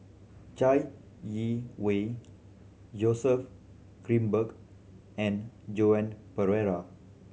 Chai Yee Wei Joseph Grimberg and Joan Pereira